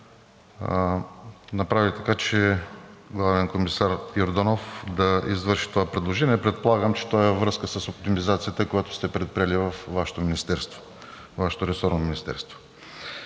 направили така, че главен комисар Йорданов да извърши това предложение. Предполагам, че то е във връзка с оптимизацията, която сте предприели във Вашето ресорно Министерство.